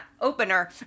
opener